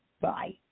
Bye